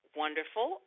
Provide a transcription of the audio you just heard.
wonderful